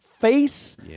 face